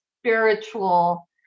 spiritual